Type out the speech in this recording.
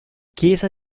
chiesa